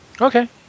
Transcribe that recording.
Okay